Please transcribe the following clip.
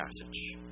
passage